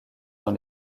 dans